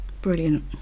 brilliant